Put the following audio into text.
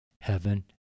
heaven